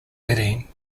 wedding